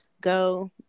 go